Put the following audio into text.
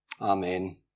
Amen